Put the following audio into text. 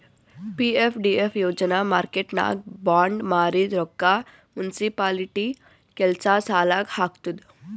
PFDF ಯೋಜನಾ ಮಾರ್ಕೆಟ್ನಾಗ್ bond ಮಾರಿದ್ ರೊಕ್ಕಾ ಮುನ್ಸಿಪಾಲಿಟಿ ಕೆಲ್ಸಾ ಸಲಾಕ್ ಹಾಕ್ತುದ್